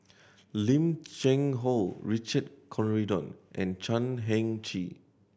Lim Cheng Hoe Richard Corridon and Chan Heng Chee